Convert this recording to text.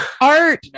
Art